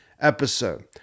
episode